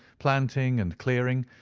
planting and clearing,